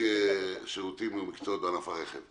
אני